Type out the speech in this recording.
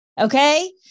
Okay